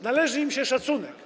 Należy im się szacunek.